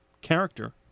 character